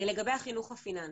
לגבי החינוך הפיננסי.